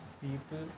people